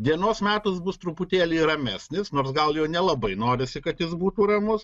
dienos metas bus truputėlį ramesnis nors gal jo nelabai norisi kad jis būtų ramus